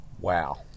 Wow